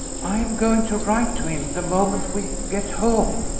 i am going to write to him the moment we get home.